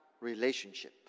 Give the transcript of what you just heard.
relationship